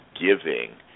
giving